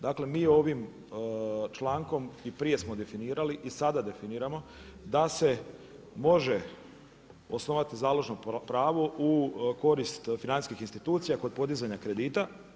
Dakle mi ovim člankom i prije smo definirali i sada definiramo, da se može osnovati založno pravo u korist financijskih institucija kod podizanja kredita.